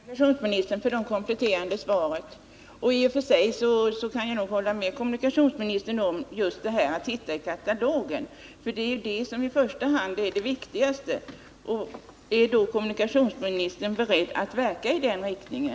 att trygga syssel Herr talman! Jag tackar kommunikationsministern för det kompletterande sättningen vid kätsvaret. I och för sig kan jag hålla med kommunikationsministern om vad han tingfabriken i Ljussade om svårigheterna att hitta i katalogen. Det är viktigt. Är då kommunine kationsministern beredd att verka i den riktningen?